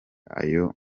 ayo